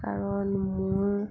কাৰণ মোৰ